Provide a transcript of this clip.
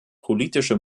politische